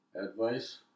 Advice